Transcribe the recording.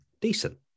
decent